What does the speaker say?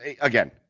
Again